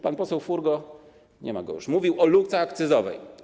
Pan poseł Furgo, nie ma go już, mówił o luce akcyzowej.